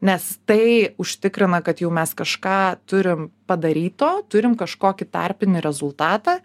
nes tai užtikrina kad jau mes kažką turim padaryto turim kažkokį tarpinį rezultatą